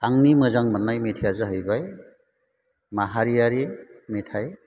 आंनि मोजां मोननाय मेथाइया जाहैबाय माहारियारि मेथाइ